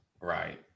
Right